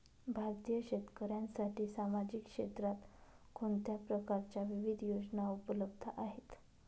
भारतीय शेतकऱ्यांसाठी सामाजिक क्षेत्रात कोणत्या प्रकारच्या विविध योजना उपलब्ध आहेत?